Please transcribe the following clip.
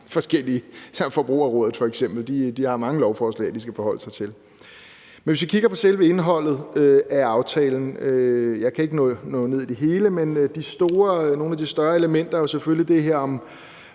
Forbrugerrådet, har rigtig mange forskellige lovforslag, de skal forholde sig til. Men hvis vi kigger på selve indholdet af aftalen – jeg kan ikke nå ned i det hele – er nogle af de større elementer selvfølgelig det her om